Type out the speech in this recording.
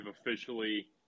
officially